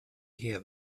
year